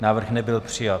Návrh nebyl přijat.